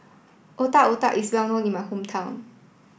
Otak Otak is well known in my hometown